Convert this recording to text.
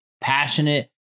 passionate